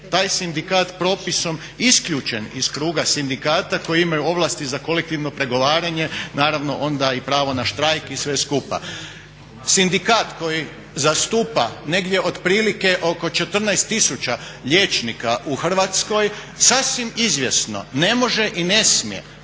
taj sindikat propisom isključen iz kruga sindikata koji imaju ovlasti za kolektivno pregovaranje, naravno onda i pravo na štrajk i sve skupa. Sindikat koji zastupa negdje otprilike oko 14000 liječnika u Hrvatskoj sasvim izvjesno ne može i ne smije